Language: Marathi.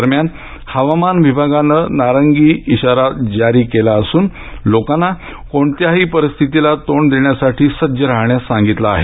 दरम्यान हवामान विभागानं नारंगी इशारा जाहीर केला असून लोकांना कोणत्याही परिस्थितीस तोंड देण्यासाठी सज्ज राहण्यास सांगितलं आहे